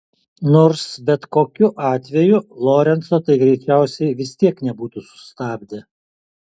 nors bet kokiu atveju lorenco tai greičiausiai vis tiek nebūtų sustabdę